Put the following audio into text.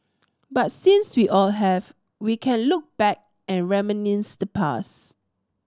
but since we all have we can look back and reminisce the past